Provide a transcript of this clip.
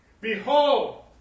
Behold